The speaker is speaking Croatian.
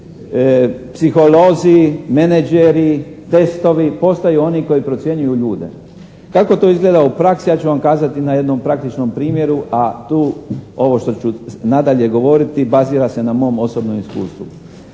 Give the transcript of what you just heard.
Kako to izgleda u praksi ja ću vam kazati na jednom praktičnom primjeru a tu ovo što ću nadalje govoriti bazira se na mom osnovnom iskustvu.